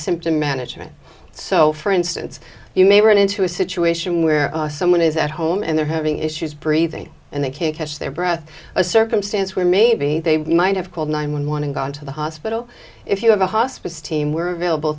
symptom management so for instance you may run into a situation where someone is at home and they're having issues breathing and they can't catch their breath a circumstance where maybe they might have called nine one one and gone to the hospital if you have a hospice team were available